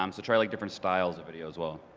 um so try like different styles of video as well.